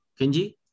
Kenji